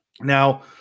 Now